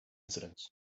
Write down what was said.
incidents